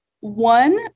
one